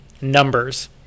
numbers